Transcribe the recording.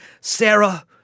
Sarah